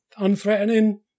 Unthreatening